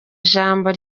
ijambo